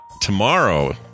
tomorrow